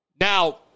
Now